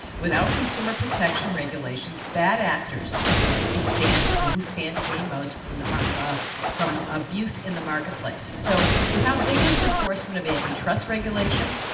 without consumer protection regulations, bad actors are the ones to stand, who stand to gain most from the mark but from abuse in the marketplace. so without vigorous enforcement of anti-trust regulations,